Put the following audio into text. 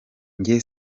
njye